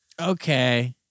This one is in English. okay